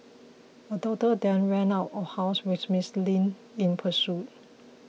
her daughter then ran out of house with Miss Li in pursuit